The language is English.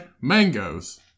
mangoes